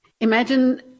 Imagine